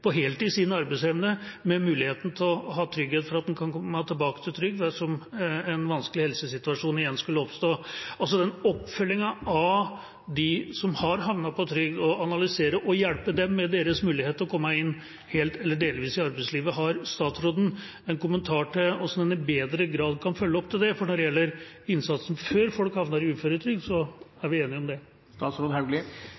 sin arbeidsevne på heltid, med trygghet for at det er mulig å komme tilbake til trygd dersom en vanskelig helsesituasjon igjen skulle oppstå. Så når det gjelder oppfølgingen av dem som har havnet på trygd, og det å analysere og hjelpe dem med å komme, helt eller delvis, inn i arbeidslivet – har statsråden en kommentar til hvordan en i større grad kan følge opp det? Når det gjelder innsatsen før folk havner på uføretrygd,